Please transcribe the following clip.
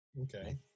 Okay